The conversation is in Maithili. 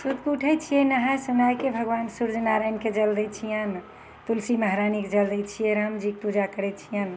सुतिकऽ उठय छियै नहाय सुनायके भगवान सुर्य नारायणके जल दै छियनि तुलसी महरानीके जल दै छियनि राम जीके पूजा करय छियनि